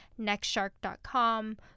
nextshark.com